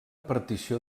partició